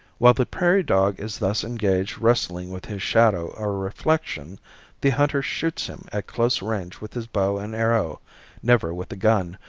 while the prairie dog is thus engaged wrestling with his shadow or reflection the hunter shoots him at close range with his bow and arrow never with a gun,